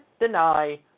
deny